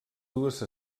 dues